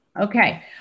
Okay